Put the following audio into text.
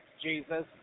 Jesus